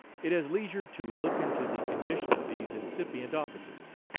it has leisure to look into the condition of these incipient officers.